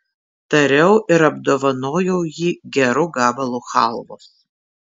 tariau ir apdovanojau jį geru gabalu chalvos